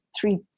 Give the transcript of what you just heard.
three